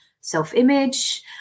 self-image